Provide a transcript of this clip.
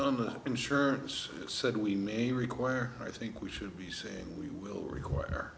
on the insurers said we may require i think we should be saying we will require